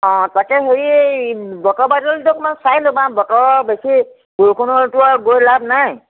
অঁ তাকে হেৰি বতৰ বাতৰিটো অকণমান চাই ল'বা বতৰৰ বেছি বৰষুণ হ'লেতো আৰু গৈ লাভ নাই